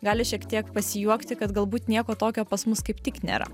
gali šiek tiek pasijuokti kad galbūt nieko tokio pas mus kaip tik nėra